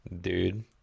dude